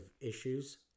Issues